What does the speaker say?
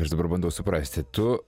aš dabar bandau suprasti tu